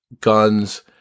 guns